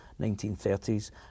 1930s